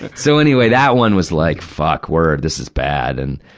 so, anyway, that one was like, fuck, word, this is bad! and,